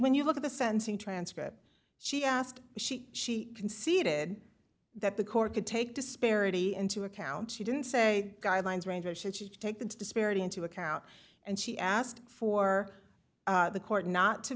when you look at the sensing transcript she asked she she conceded that the court could take disparity into account she didn't say guidelines range or should she take the disparity into account and she asked for the court not to